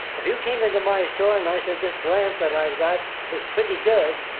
if you came into my store and i said this lamp that i've got is pretty good,